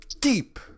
Deep